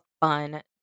fun